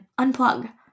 unplug